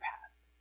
past